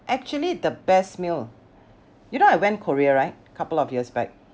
actually the best meal you know I went Korea right couple of years back